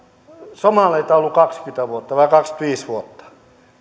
somaleita ollut kaksikymmentä vuotta tai kaksikymmentäviisi vuotta